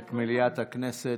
לפתוח את מליאת הכנסת.